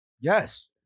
Yes